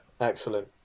Excellent